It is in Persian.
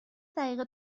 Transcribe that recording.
دقیقه